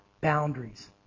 boundaries